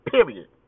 Period